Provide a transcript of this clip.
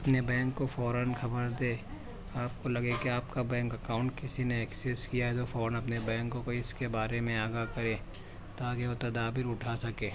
اپنے بینک کو فوراً خبر دے آپ کو لگے کہ آپ کا بینک اکاؤنٹ کسی نے ایکسس کیا ہے تو فوراً اپنے بینکوں کو اس کے بارے میں آگاہ کرے تا کہ وہ تدابیر اٹھا سکے